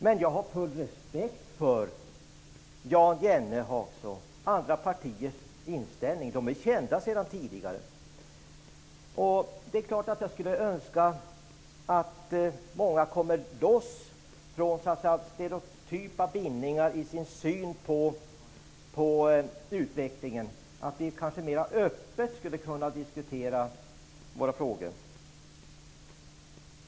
Men jag har full respekt för Jan Jennehags och andra partiers inställning. De är kända sedan tidigare. Det är klart att jag skulle önska att många kom loss från stereotypa bindningar i sin syn på utvecklingen så att vi mer öppet kunde diskutera våra frågor.